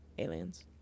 Aliens